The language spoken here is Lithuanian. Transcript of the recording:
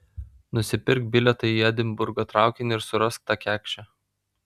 nusipirk bilietą į edinburgo traukinį ir surask tą kekšę